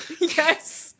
Yes